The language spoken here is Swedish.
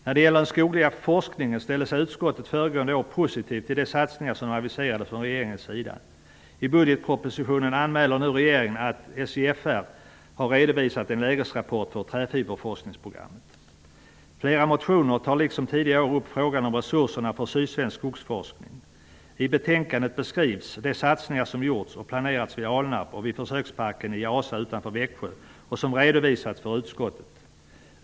När det gäller den skogliga forskningen ställde sig utskottet föregående år positivt till de satsningar som aviserades från regeringens sida. I budgetpropositionen anmäler nu regeringen att SJFR har redovisat en lägesrapport för träfiberforskningsprogrammet. Flera motioner tar liksom tidigare år upp frågan om resurserna för sydsvensk skogsforskning. I betänkandet beskrivs de satsningar som gjorts och planeras vid Alnarp och vid försöksparken i Asa utanför Växjö och som redovisats för utskottet.